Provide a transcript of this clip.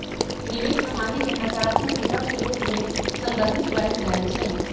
निवेश में हानि के नकारात्मक रिटर्न के रूप में संदर्भित कएल जाइ छइ